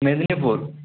Medinipur